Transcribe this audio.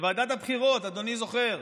כשוועדת הבחירות, אדוני זוכר,